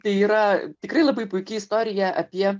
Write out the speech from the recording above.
tai yra tikrai labai puiki istorija apie